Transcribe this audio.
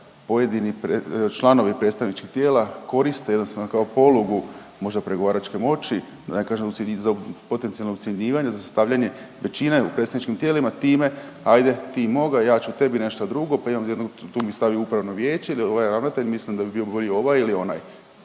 pojedini članovi predstavničkih tijela koriste jednostavno kao polugu možda pregovaračke moći, … potencijalnog ucjenjivanja za stavljanje većine u predstavničkim tijelima time ajde ti moga, ja ću tebi nešto drugo pa imam jednog tu mi stavi u upravno vijeće ili ovaj ravnatelj mislim da bi bio bolji ovaj ili onaj.